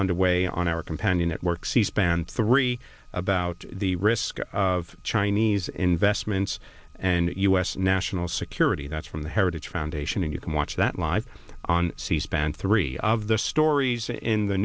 under way on our companion network c span three about the risk of chinese investments and u s national security that's from the heritage foundation and you can watch that live on c span three of the stories in the